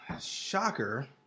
shocker